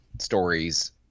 stories